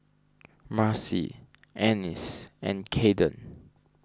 Marci Ennis and Caden